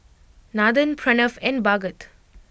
Nathan Pranav and Bhagat